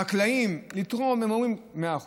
חקלאים, לתרום, הם אומרים: מאה אחוז.